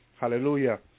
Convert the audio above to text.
Hallelujah